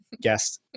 guest